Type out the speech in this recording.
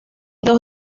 dos